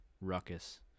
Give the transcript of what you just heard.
ruckus